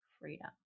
freedom